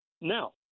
Now